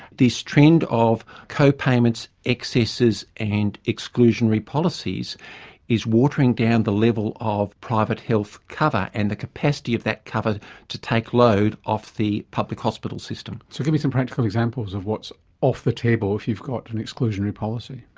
this trend of co-payments, excesses and exclusionary policies is watering down the level of private health cover and the capacity of that cover to take load off the public hospital system. so give me some practical examples of what's off the table if you've got and exclusionary policy.